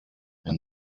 and